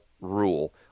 rule